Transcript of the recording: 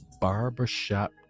barbershop